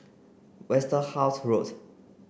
Westerhout Road